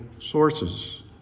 sources